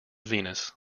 venus